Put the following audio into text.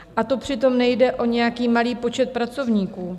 A to přitom nejde o nějaký malý počet pracovníků.